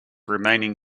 remaining